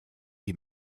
die